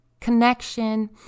connection